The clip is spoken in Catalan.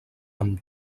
amb